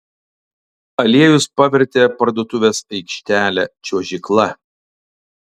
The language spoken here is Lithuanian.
aliejus pavertė parduotuvės aikštelę čiuožykla